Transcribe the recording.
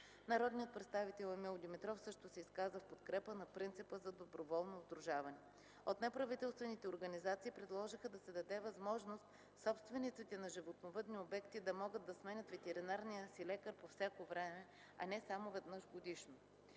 Народният представител Емил Димитров също се изказа в подкрепа на принципа за доброволно сдружаване. От неправителствените организации предложиха да се даде възможност собствениците на животновъдни обекти да могат да сменят ветеринарния си лекар по всяко време, а не само веднъж годишно.